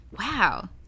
Wow